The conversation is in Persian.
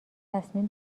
تصمیم